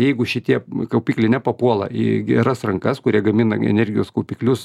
jeigu šitie kaupikliai nepapuola į geras rankas kurie gamina energijos kaupiklius